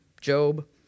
Job